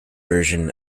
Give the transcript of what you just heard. version